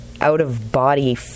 out-of-body